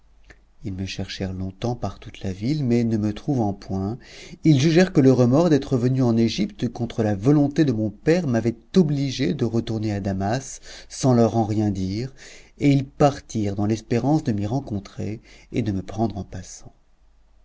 ils me cherchèrent longtemps par toute la ville mais ne me trouvant point ils jugèrent que le remords d'être venu en égypte contre la volonté de mon père m'avait obligé de retourner à damas sans leur en rien dire et ils partirent dans l'espérance de m'y rencontrer et de me prendre en passant